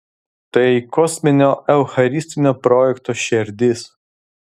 tai kosminio eucharistinio projekto šerdis